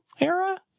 era